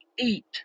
eat